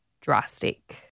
drastic